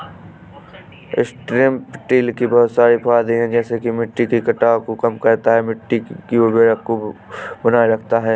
strip till के बहुत सारे फायदे हैं जैसे कि यह मिट्टी के कटाव को कम करता है, मिट्टी की उर्वरता को बनाए रखता है